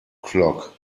clock